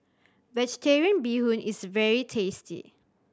Vegetarian Bee Hoon is very tasty